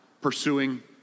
pursuing